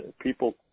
people